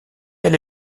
elle